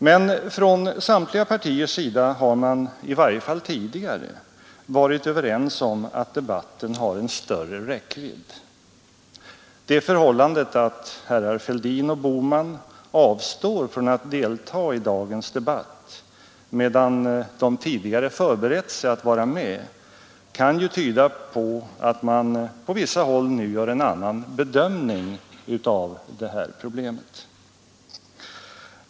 Men från samtliga partiers sida har man i varje fall tidigare varit överens om att debatten har en större räckvidd. Det förhållandet att herrar Fälldin och Bohman avstår från att delta i dagens debatt, medan de tidigare förberett sig för att vara med, kan ju tyda på att man på vissa håll nu gör en annan bedömning av detta problem.